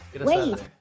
Wait